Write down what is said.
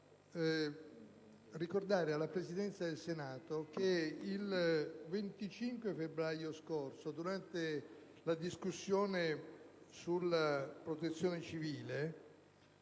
ricordare alla Presidenza del Senato che il 25 febbraio scorso, durante la discussione del disegno di